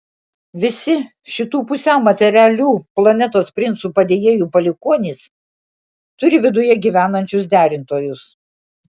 visi šitų pusiau materialių planetos princų padėjėjų palikuonys turi viduje gyvenančius derintojus